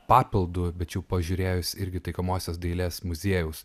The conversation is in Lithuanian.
papildu bet jau pažiūrėjus irgi taikomosios dailės muziejaus